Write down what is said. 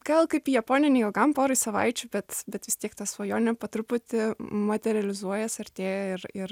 gal kaip į japoniją neilgam porai savaičių bet bet vis tiek ta svajonė po truputį materializuojas artėja ir ir